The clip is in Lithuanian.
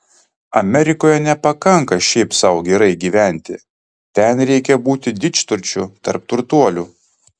amerikoje nepakanka šiaip sau gerai gyventi ten reikia būti didžturčiu tarp turtuolių